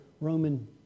Roman